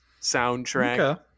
soundtrack